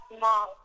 mom